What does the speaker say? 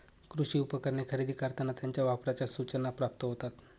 कृषी उपकरणे खरेदी करताना त्यांच्या वापराच्या सूचना प्राप्त होतात